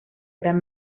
gran